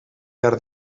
behar